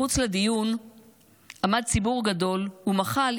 מחוץ לדיון עמד ציבור גדול ומחה על